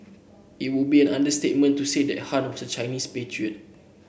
it would be an understatement to say that Han was a Chinese patriot